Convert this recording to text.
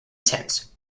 tents